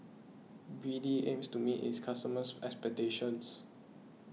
B D aims to meet its customers' expectations